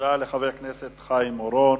תודה לחבר הכנסת חיים אורון.